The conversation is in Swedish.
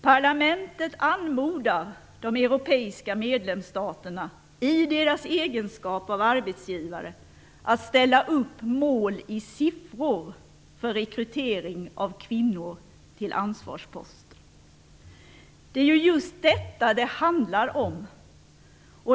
Parlamentet anmodar de europeiska medlemsstaterna i deras egenskap av arbetsgivare att ställa upp mål i siffror för rekrytering av kvinnor till ansvarsposter." Det är just detta det handlar om.